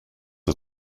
are